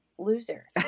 loser